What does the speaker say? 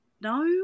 No